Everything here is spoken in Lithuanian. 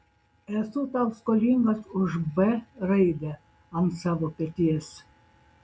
esu tau skolingas už b raidę ant savo peties